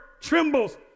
Trembles